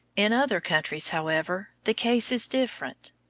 in other countries, however, the case is different.